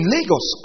Lagos